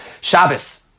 Shabbos